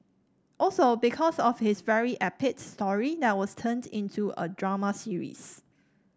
also because of his very epic story that was turned into a drama series